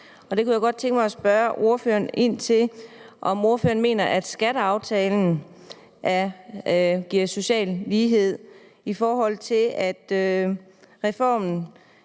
Der kunne jeg godt tænke mig at spørge ordføreren, om ordføreren mener, at skatteaftalen giver social lighed. Reformen